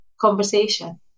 conversation